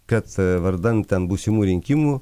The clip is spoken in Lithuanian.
kad vardan ten būsimų rinkimų